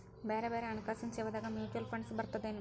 ಬ್ಯಾರೆ ಬ್ಯಾರೆ ಹಣ್ಕಾಸಿನ್ ಸೇವಾದಾಗ ಮ್ಯುಚುವಲ್ ಫಂಡ್ಸ್ ಬರ್ತದೇನು?